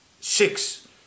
six